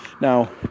Now